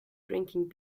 drinking